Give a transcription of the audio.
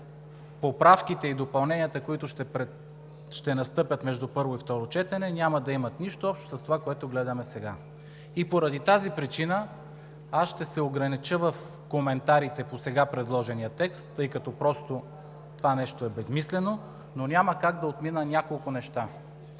поправките и допълненията, които ще настъпят между първо и второ четене, няма да имат нищо общо с това, което гледаме сега. Поради тази причина аз ще се огранича в коментарите по сега предложения текст, тъй като това просто е безсмислено, но няма как да отмина няколко неща.